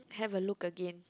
have a look again